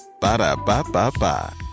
Ba-da-ba-ba-ba